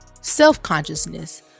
self-consciousness